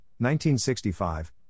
1965